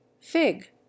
Fig